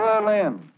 Berlin